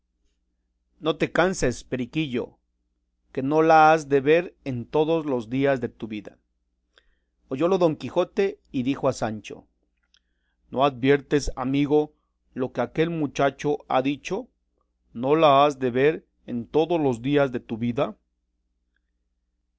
no te canses periquillo que no la has de ver en todos los días de tu vida oyólo don quijote y dijo a sancho no adviertes amigo lo que aquel mochacho ha dicho no la has de ver en todos los días de tu vida